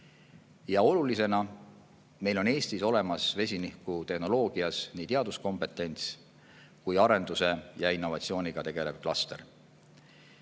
Oluline on, et meil on Eestis olemas vesinikutehnoloogias nii teaduskompetents kui ka arenduse ja innovatsiooniga tegelev klaster.